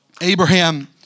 Abraham